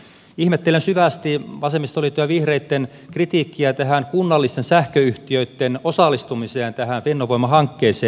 ihmettelen syvästi vasemmistoliiton ja vihreitten kritiikkiä liittyen tähän kunnallisten sähköyhtiöitten osallistumiseen tähän fennovoima hankkeeseen